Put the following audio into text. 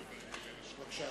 לא,